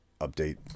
update